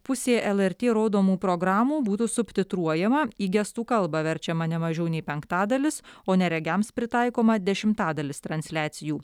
pusė lrt rodomų programų būtų subtitruojama į gestų kalbą verčiama ne mažiau nei penktadalis o neregiams pritaikoma dešimtadalis transliacijų